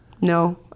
No